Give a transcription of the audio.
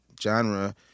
genre